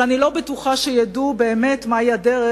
אבל אני לא בטוחה שידעו באמת מהי הדרך,